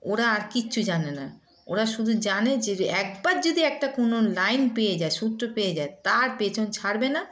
ওরা আর কিচ্ছু জানে না ওরা শুধু জানে যে একবার যদি একটা কোনো লাইন পেয়ে যায় সূত্র পেয়ে যায় তার পেছন ছাড়বে না